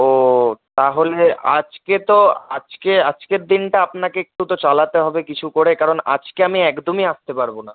ও তাহলে আজকে তো আজকে আজকের দিনটা আপনাকে একটু তো চালাতে হবে কিছু করে কারণ আজকে আমি একদমই আসতে পারব না